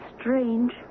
strange